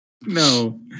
No